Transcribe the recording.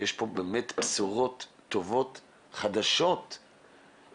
יש פה באמת עשרות חדשות טובות לאזרחים,